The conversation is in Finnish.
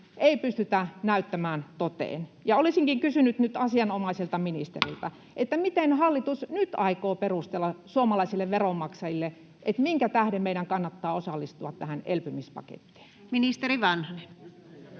koputtaa] ja olisinkin kysynyt asianomaiselta ministeriltä: miten hallitus nyt aikoo perustella suomalaisille veronmaksajille, minkä tähden meidän kannattaa osallistua tähän elpymispakettiin? [Speech